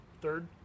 third